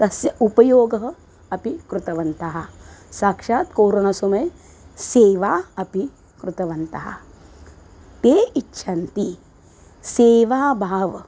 तस्य उपयोगः अपि कृतवन्तः साक्षात् कोरोनासमये सेवा अपि कृतवन्तः ते इच्छन्ति सेवाभावः